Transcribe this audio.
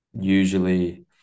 usually